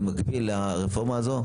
במקביל לרפורמה הזאת,